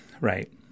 right